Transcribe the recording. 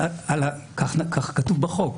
כך כתוב בחוק.